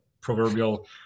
proverbial